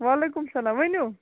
وعلیکُم سلام ؤنِو